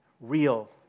real